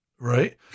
Right